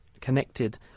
connected